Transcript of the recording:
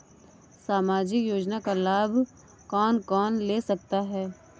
सामाजिक योजना का लाभ कौन कौन ले सकता है?